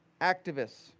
activists